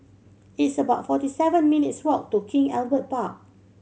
it's about forty seven minutes' walk to King Albert Park